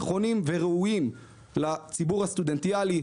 נכונים וראויים לציבור הסטודנטיאלי,